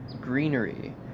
greenery